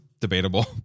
Debatable